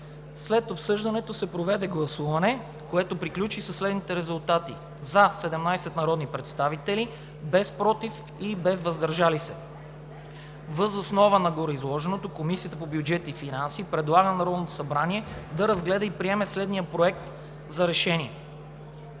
След обсъждането се проведе гласуване, което приключи със следните резултати: „за“ 17 народни представители, без „против“ и „въздържали се“. Въз основа на гореизложеното Комисията по бюджет и финанси предлага на Народното събрание да разгледа и приеме следния „Проект! РЕШЕНИЕ